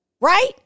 right